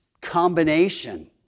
combination